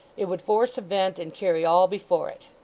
it would force a vent, and carry all before it.